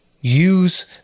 use